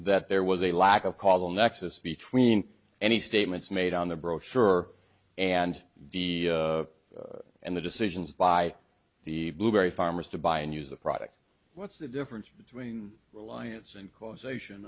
that there was a lack of causal nexus between any statements made on the brochure and the and the decisions by the blueberry farmers to buy and use the product what's the difference between reliance and causation